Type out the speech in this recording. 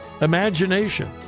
imagination